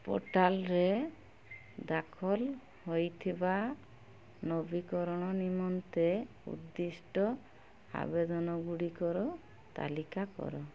ପୋର୍ଟାଲ୍ରେ ଦାଖଲ ହେଇଥିବା ନବୀକରଣ ନିମନ୍ତେ ଉଦ୍ଦିଷ୍ଟ ଆବେଦନଗୁଡ଼ିକର ତାଲିକା କର